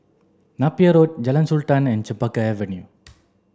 Napier Road Jalan Sultan and Chempaka Avenue